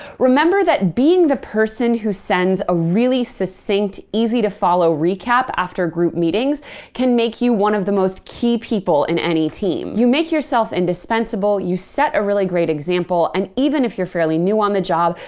remember that being the person who sends a really succinct, easy-to-follow recap after group meetings can make you one of the most key people in any team. you make yourself indispensable, you set a really great example, and even if you're fairly new on the job,